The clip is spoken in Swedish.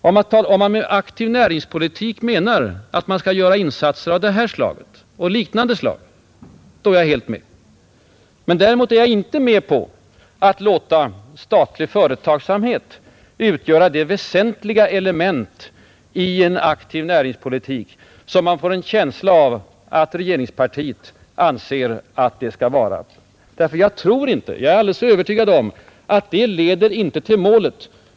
Om man med ”aktiv näringspolitik” menar att man skall göra insatser av detta och liknande slag, är jag helt med. Däremot är jag inte med på att låta statlig företagsamhet utgöra det väsentliga element i en aktiv näringspolitik som man får en känsla av att regeringspartiet anser att det skall vara. Jag är alldeles övertygad om att det inte leder till målet.